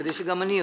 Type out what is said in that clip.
כדי שגם אני אבין.